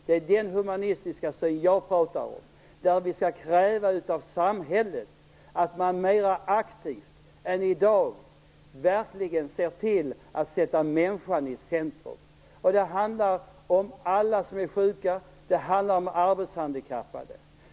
Det är denna humanistiska syn som jag talar om, där vi skall kräva av samhället att mera aktivt än i dag verkligen se till att sätta människan i centrum. Det handlar om alla som är sjuka och om de arbetshandikappade.